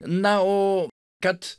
na o kad